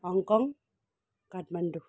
Hong Kong Kathmandu